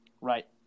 Right